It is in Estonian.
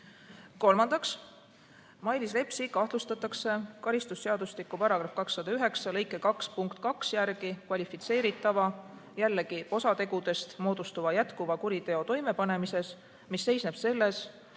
Kolmandaks, Mailis Repsi kahtlustatakse karistusseadustiku § 209 lõike 2 punkti 2 järgi kvalifitseeritava, jällegi, osategudest moodustuva jätkuva kuriteo toimepanemises, mis seisneb selles,